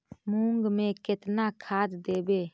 मुंग में केतना खाद देवे?